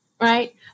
Right